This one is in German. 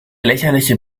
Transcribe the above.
lächerliche